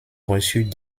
reçue